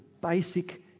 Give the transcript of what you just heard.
basic